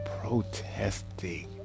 protesting